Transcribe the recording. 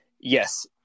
Yes